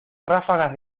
ráfagas